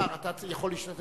כבוד השר, אתה יכול להשתתף